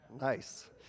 nice